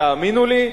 תאמינו לי,